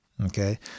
Okay